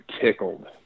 tickled